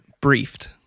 briefed